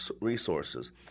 resources